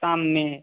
शाम में